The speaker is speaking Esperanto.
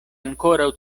ankoraŭ